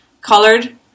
colored